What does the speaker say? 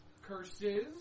Curses